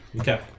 Okay